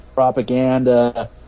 propaganda